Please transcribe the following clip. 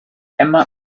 emma